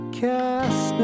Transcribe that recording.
cast